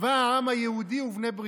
צבא העם היהודי ובני בריתו,